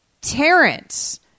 Terrence